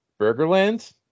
Burgerland